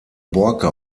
borke